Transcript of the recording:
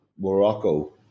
Morocco